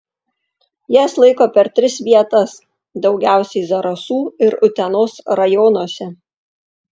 jas laiko per tris vietas daugiausiai zarasų ir utenos rajonuose